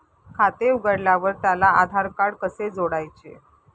खाते उघडल्यावर त्याला आधारकार्ड कसे जोडायचे?